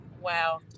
Wow